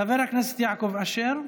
חבר הכנסת יעקב אשר,